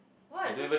what just